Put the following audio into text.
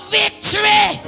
victory